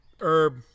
Herb